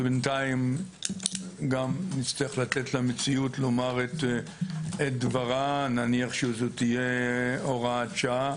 ובינתיים נצטרך לתת למציאות לומר את דברה נאמר שזו תהייה הוראת שעה